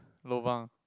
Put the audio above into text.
lobang